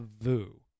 Vu